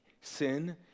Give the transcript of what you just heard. Sin